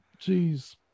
Jeez